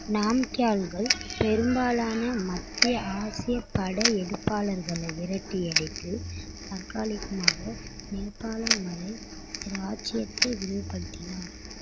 நாம்க்யால்கள் பெரும்பாலான மத்திய ஆசிய படையெடுப்பாளர்களை விரட்டியடித்து தற்காலிகமாக நேபாளம் வரை இராச்சியத்தை விரிவுபடுத்தினர்